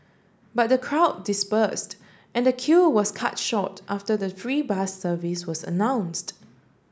but the crowd dispersed and the queue was cut short after the free bus service was announced